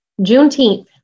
Juneteenth